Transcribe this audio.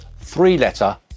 three-letter